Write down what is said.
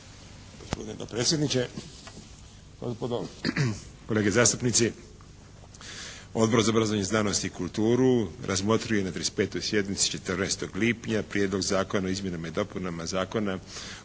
Gospodine dopredsjedniče, gospodo kolege zastupnici. Odbor za obrazovanje, znanost i kulturu razmotrio je na 35. sjednici 14. lipnja Prijedlog Zakona o izmjenama i dopunama Zakona